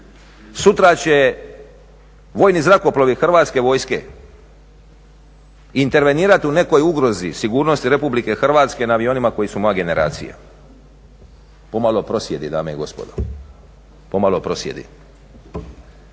Sutra će vojni zrakoplovi Hrvatske vojske intervenirati u nekoj ugrozi, sigurnosti Republike Hrvatske na avionima koji su moja generacija, pomalo prosjedi dame i gospodo, pomalo prosjedi.